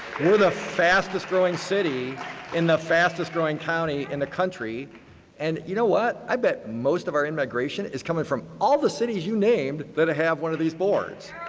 we are the fastest growing city in the fastest-growing county in the country and you know i bet most of our immigration is coming from all the cities you named that have one of these boards.